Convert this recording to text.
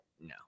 no